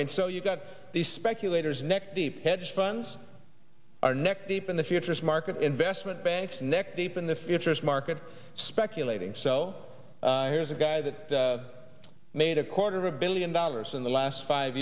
mean so you've got these speculators neck deep hedge funds are neck deep in the futures market investment banks neck deep in the futures market speculating so here's a guy that made a quarter of billion dollars in the last five